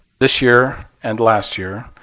this year and last year.